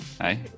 hey